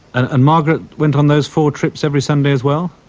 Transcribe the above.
and margaret went on those four trips every sunday as well?